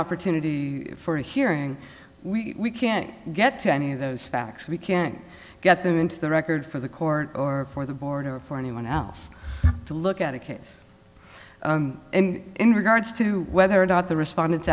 opportunity for a hearing we can't get to any of those facts we can't get them into the record for the court or for the board or for anyone else to look at a case and in regards to whether or not the respondents